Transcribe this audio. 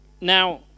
now